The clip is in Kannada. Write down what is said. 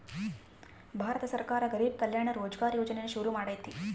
ಭಾರತ ಸರ್ಕಾರ ಗರಿಬ್ ಕಲ್ಯಾಣ ರೋಜ್ಗರ್ ಯೋಜನೆನ ಶುರು ಮಾಡೈತೀ